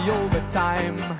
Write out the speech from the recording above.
overtime